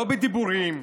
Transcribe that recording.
לא בדיבורים,